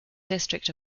district